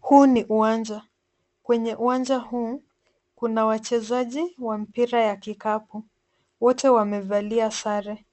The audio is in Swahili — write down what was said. Huu ni uwanja ,kwenye uwanja huu kuna wachezaji wa mpira ya kikapu, wote wamevalia sare